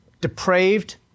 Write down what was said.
depraved